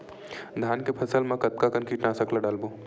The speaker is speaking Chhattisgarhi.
धान के फसल मा कतका कन कीटनाशक ला डलबो?